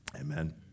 Amen